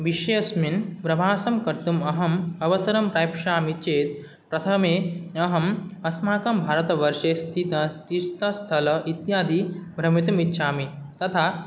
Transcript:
विश्वेऽस्मिन् प्रवासं कर्तुम् अहम् अवसरं प्राप्स्यामि चेत् प्रथमे अहम् अस्माकं भारतवर्षे स्थितः तीर्थस्थलम् इत्यादि भ्रमितुम् इच्छामि तथा